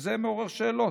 שזה מעורר שאלות.